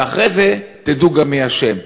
ואחרי זה תדעו גם מי אשם.